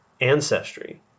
ancestry